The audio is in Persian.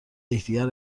یکدیگر